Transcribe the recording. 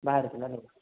ବାହାରେ ଥିଲା ନା